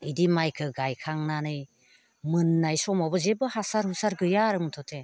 बिदि माइखौ गायखांनानै मोननाय समावबो जेबो हासार हुसार गैया आरो मुथ'ते